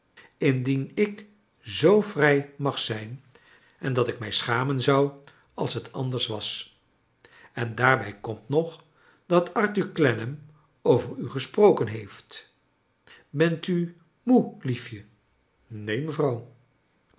indien ik zoo vrij mag zijn en dat ik mij schamen zou als het anders was en daarbij komt nog dat arthur clennam over u gesproken heeft bent u nioe lief je neen nievrouw